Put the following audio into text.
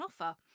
offer